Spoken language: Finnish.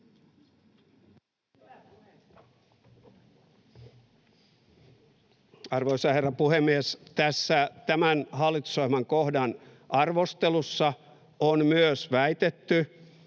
Arvoisa herra puhemies! Tässä tämän hallitusohjelman kohdan arvostelussa on myös väitetty,